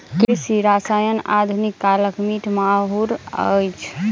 कृषि रसायन आधुनिक कालक मीठ माहुर अछि